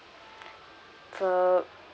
for